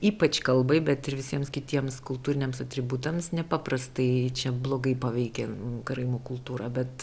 ypač kalbai bet ir visiems kitiems kultūriniams atributams nepaprastai čia blogai paveikė karaimų kultūrą bet